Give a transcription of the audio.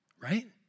Right